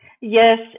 Yes